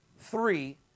three